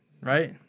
right